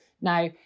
Now